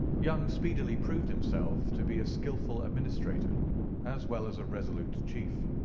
young speedily proved himself to be a skilful administrator as well as a resolute chief.